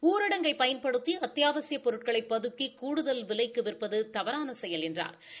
ஊரடங்கை பயன்படுத்தி அத்தியாவசியப் பொருட்களை பதுக்கி கூடுதல் விலைக்கு விற்பது தவறான செயல் என்றா்